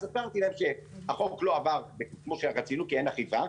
אז הסברתי להם שהחוק לא עבר כמו שרצינו כי אין אכיפה,